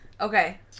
Okay